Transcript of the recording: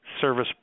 service